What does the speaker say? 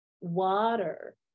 water